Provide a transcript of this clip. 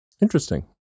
Interesting